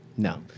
No